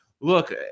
look